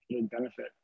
benefit